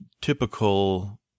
typical